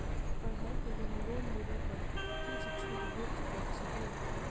पढ़ाई केँ लेल लोन लेबऽ पर किछ छुट भैट सकैत अछि की?